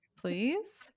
please